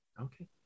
okay